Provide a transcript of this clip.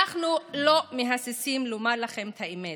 אנחנו לא מהססים לומר לכם את האמת: